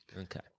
Okay